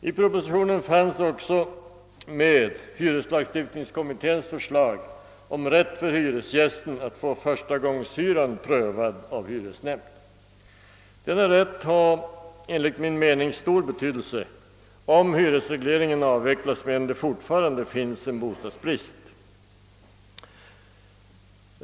I propositionen fanns också medtaget hyreslagstiftningskommitténs förslag om rätt för hyresgäst att få förstagångshyran prövad av hyresnämnd. Den rätten har enligt min mening stor betydelse, om hyresregleringen avvecklas medan det alltjämt råder bostadsbrist.